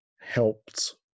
helped